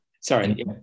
Sorry